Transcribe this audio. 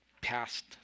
past